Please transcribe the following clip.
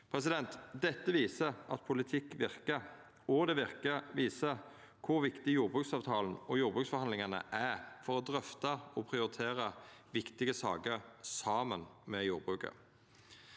søknader. Det viser at politikk verkar. Det viser òg kor viktig jordbruksavtalen og jordbruksforhandlingane er for å drøfta og prioritera viktige saker saman med jordbruket.